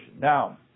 Now